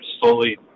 slowly